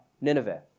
Nineveh